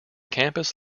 campus